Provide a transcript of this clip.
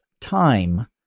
time